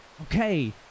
okay